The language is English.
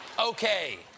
Okay